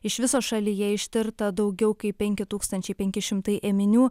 iš viso šalyje ištirta daugiau kaip penki tūkstančiai penki šimtai ėminių